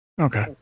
Okay